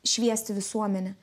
šviesti visuomenę